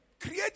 create